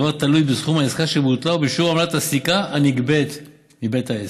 הדבר תלוי בסכום העסקה שבוטלה ובשיעור עמלת הסליקה הנגבית מבית העסק.